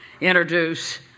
introduce